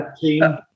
team